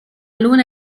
luna